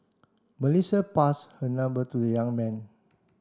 Melissa pass her number to the young man